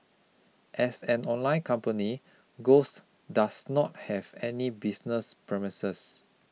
as an online company Ghost does not have any business premises